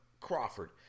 Crawford